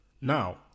Now